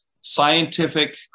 scientific